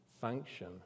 function